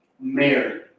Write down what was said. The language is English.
Mary